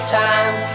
time